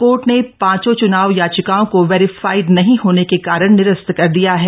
court ने पांचों चुनाव याचिकाओं को वेरिफाइएड नहीं होने के कारण निरस्त कर दिया है